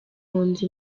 impunzi